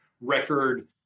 record